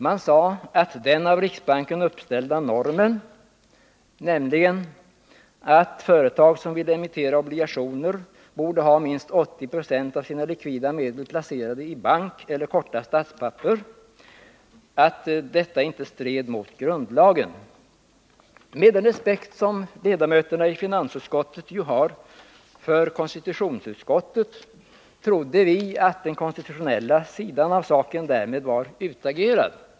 Man sade att den av riksbanken uppställda normen — att företag som ville emittera obligationer borde ha minst 80 26 av sina likvida medel placerade i bank eller korta statspapper — inte stred mot grundlagen. Med den respekt som ledamöterna i finansutskottet har för konstitutionsutskottet trodde vi att den konstitutionella sidan av saken därmed var utagerad.